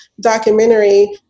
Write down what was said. documentary